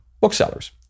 booksellers